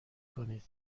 کنید